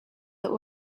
that